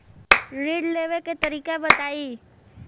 ऋण लेवे के तरीका बताई?